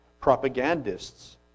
propagandists